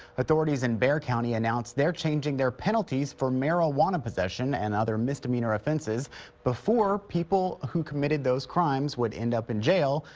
authorities in bexar county announced they're changing their penalties for marijuana possession and other misdemeanor offences before, people who committed those crimes would end up in jail.